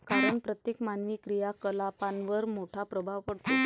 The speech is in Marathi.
कारण प्रत्येक मानवी क्रियाकलापांवर मोठा प्रभाव पडतो